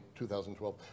2012